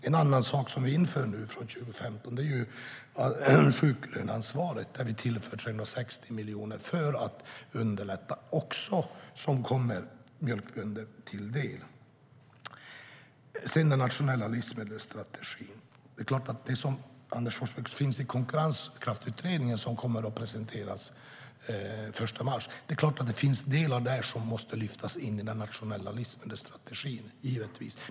En annan sak som vi inför från 2015 är inom sjuklöneansvaret där vi tillför 360 miljoner för att underlätta, något som också kommer mjölkbönder till del. När det gäller den nationella livsmedelsstrategin, som Anders Forsberg nämnde, kommer Konkurrenskraftsutredningen att presenteras den 1 mars. Det är klart att det finns delar där som givetvis måste lyftas in i den nationella livsmedelsstrategin.